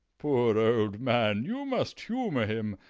poor old man, you must humour him.